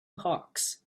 hawks